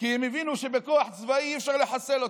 כי הם הבינו שבכוח צבאי אי-אפשר לחסל אותו,